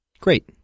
Great